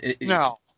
No